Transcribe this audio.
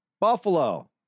Buffalo